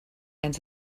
and